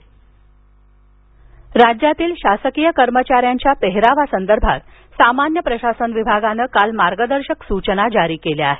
सरकारी पोषाख राज्यातील शासकीय कर्मचाऱ्यांच्या पेहरावासंदर्भात सामान्य प्रशासन विभागानं काल मार्गदर्शक सृचना जारी केल्या आहेत